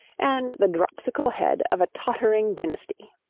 and the dropsical head of a tottering dynasty.